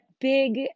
big